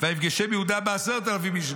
ויפגשם יהודה בעשרת אלפים איש".